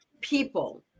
people